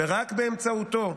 ורק באמצעותו,